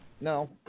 No